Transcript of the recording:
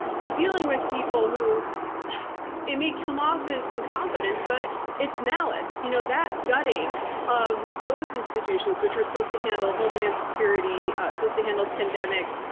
we're dealing with people who it may come off as incompetence, but its malice. you know that gutting of those institutions which were supposed to handle homeland security, supposed to handle pandemics,